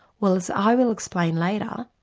well as i will explain later,